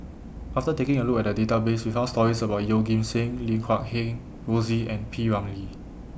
after taking A Look At The Database We found stories about Yeoh Ghim Seng Lim Guat Kheng Rosie and P Ramlee